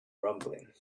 rumbling